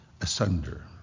asunder